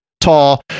tall